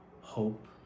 hope